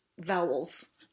vowels